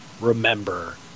remember